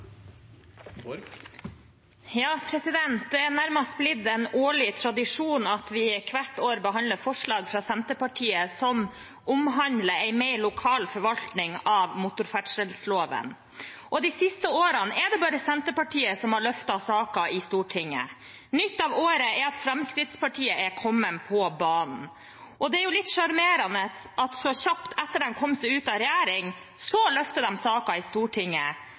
nærmest blitt en årlig tradisjon at vi – hvert år – behandler forslag fra Senterpartiet som omhandler en mer lokal forvaltning av motorferdselloven. De siste årene er det bare Senterpartiet som har løftet saken i Stortinget. Nytt av året er at Fremskrittspartiet er kommet på banen. Og det er jo litt sjarmerende at de så kjapt etter at de kom seg ut av regjering, løfter saken i Stortinget.